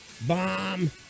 bomb